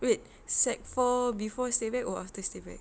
wait sec four before stay back or after stay back